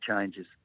changes